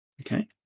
okay